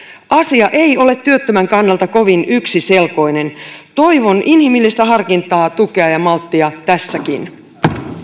asia ei ole työttömän kannalta kovin yksiselkoinen toivon inhimillistä harkintaa tukea ja malttia tässäkin